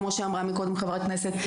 כמו שאמרה מקודם חברת הכנסת,